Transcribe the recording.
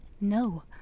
No